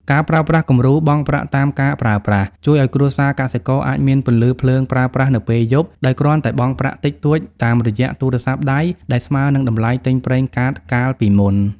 ការប្រើប្រាស់គំរូ "បង់ប្រាក់តាមការប្រើប្រាស់" ជួយឱ្យគ្រួសារកសិករអាចមានពន្លឺភ្លើងប្រើប្រាស់នៅពេលយប់ ដោយគ្រាន់តែបង់ប្រាក់តិចតួចតាមរយៈទូរស័ព្ទដៃ ដែលស្មើនឹងតម្លៃទិញប្រេងកាតកាលពីមុន។